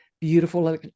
beautiful